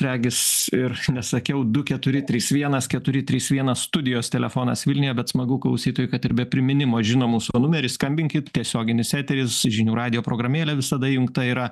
regis ir nesakiau du keturi trys vienas keturi trys vienas studijos telefonas vilniuje bet smagu klausytojui kad ir be priminimo žino mūsų numerį skambinkit tiesioginis eteris žinių radijo programėlė visada įjungta yra